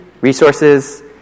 resources